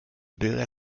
bürger